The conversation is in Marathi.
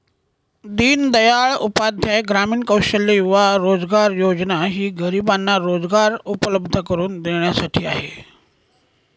दीनदयाल उपाध्याय ग्रामीण कौशल्य युवा रोजगार योजना ही गरिबांना रोजगार उपलब्ध करून देण्यासाठी आहे